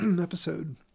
episode